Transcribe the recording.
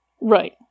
Right